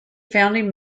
founding